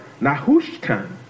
Nahushtan